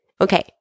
Okay